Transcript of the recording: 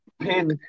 Pin